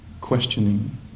questioning